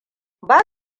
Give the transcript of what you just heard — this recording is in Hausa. ba